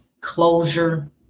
closure